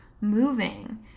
moving